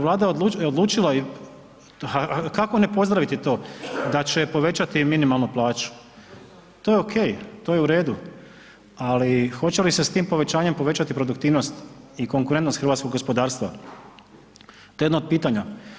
Vlada je odlučila, kako ne pozdraviti to, da će povećati minimalnu plaću, to je ok, to je u redu, ali hoće li se s tim povećanjem povećati produktivnost i konkurentnost hrvatskog gospodarstva, to je jedno od pitanja.